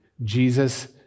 Jesus